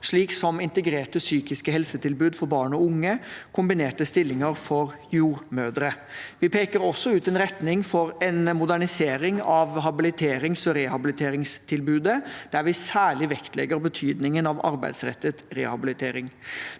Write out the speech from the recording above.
slik som integrerte psykiske helsetilbud for barn og unge og kombinerte stillinger for jordmødre. Vi peker også ut en retning for en modernisering av habiliterings- og rehabiliteringstilbudet, der vi særlig vektlegger betydningen av arbeidsrettet rehabilitering.